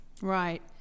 Right